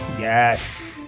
Yes